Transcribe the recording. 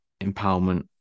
empowerment